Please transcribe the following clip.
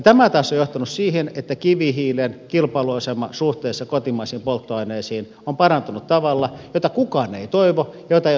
tämä taas on johtanut siihen että kivihiilen kilpailuasema suhteessa kotimaisiin polttoaineisiin on parantunut tavalla jota kukaan ei toivo ja jota ei osattu ennakoida